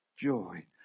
joy